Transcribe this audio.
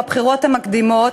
הבחירות המוקדמות,